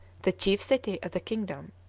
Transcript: the chief city of the kingdom,